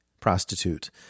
prostitute